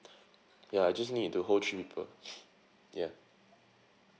ya I just need to hold three people ya